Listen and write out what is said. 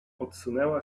odsunęła